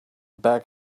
back